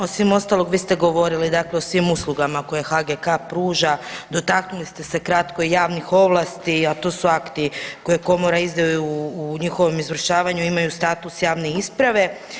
Osim ostalog vi ste govorili dakle o svim uslugama koje HGK-a pruža, dotaknuli ste se kratko i javnih ovlasti a to su akti koje Komora izdaje i u njihovom izvršavanju imaju status javne isprave.